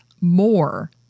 more